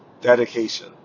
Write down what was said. Dedication